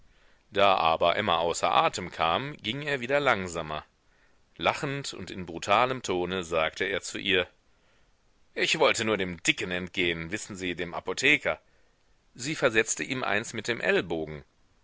da aber emma außer atem kam ging er wieder langsamer lachend und in brutalem tone sagte er zu ihr ich wollte nur dem dicken entgehen wissen sie dem apotheker sie versetzte ihm eins mit dem ellbogen